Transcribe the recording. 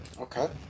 Okay